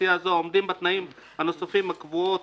אוכלוסייה זו העומדים בתנאים הנוספים הקובעים